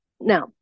Now